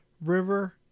River